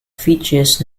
features